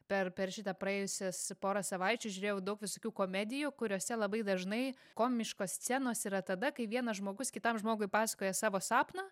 per per šitą praėjusias porą savaičių žiūrėjau daug visokių komedijų kuriose labai dažnai komiškos scenos yra tada kai vienas žmogus kitam žmogui pasakoja savo sapną